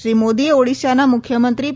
શ્રી મોદીએ ઓડિશાના મુખ્યમંત્રી